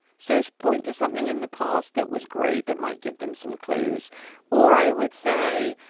so so point to something in the past that was great. that might give them some clues or i would say.